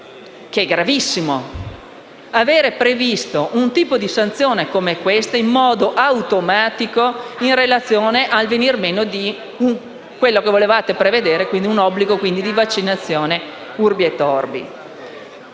È gravissimo aver previsto un tipo di sanzione come questa in modo automatico in relazione alla mancata osservanza di quello che volevate prevedere, quindi un obbligo di vaccinazione *urbi et orbi*.